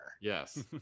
Yes